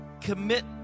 commit